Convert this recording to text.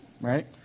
right